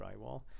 drywall